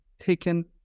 taken